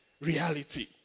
reality